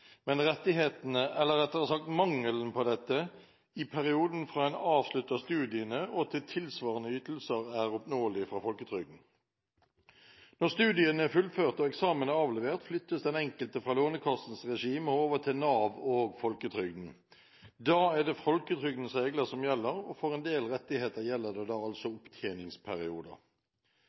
men om rettighetene, eller rettere sagt mangelen på dette, i perioden fra en avslutter studiene og til tilsvarende ytelser er oppnåelige fra folketrygden. Når studiene er fullført og eksamen er avlevert, flyttes den enkelte fra Lånekassens regime og over til Nav og folketrygden. Da er det folketrygdens regler som gjelder, og for en del rettigheter gjelder det da altså opptjeningsperioder.